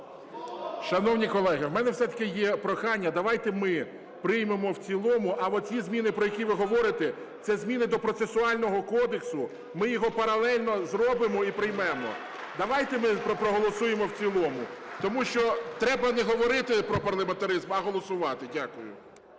Шановні колеги, у мене все-таки є прохання давайте ми приймемо в цілому, а оці зміни, про які ви говорите, це зміни до Процесуального кодексу. Ми його паралельно зробимо і приймемо. Давайте ми проголосуємо в цілому. Тому що треба не говорити про парламентаризм, а голосувати. Дякую.